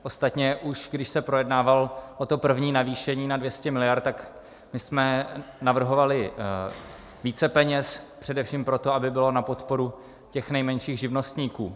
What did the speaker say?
Ostatně už když se projednávalo to první navýšení na 200 miliard, tak my jsme navrhovali více peněz především proto, aby bylo na podporu těch nejmenších živnostníků.